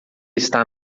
está